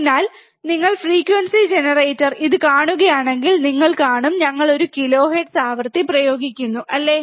അതിനാൽ നിങ്ങൾ frequency generator ഇത് കാണുകയാണെങ്കിൽ നിങ്ങൾ കാണും ഞങ്ങൾ ഒരു കിലോഹെർട്സ് ആവൃത്തി പ്രയോഗിക്കുന്നു അല്ലേ